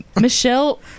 Michelle